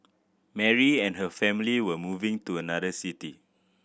Mary and her family were moving to another city